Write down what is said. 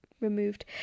removed